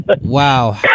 wow